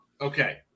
Okay